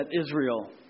Israel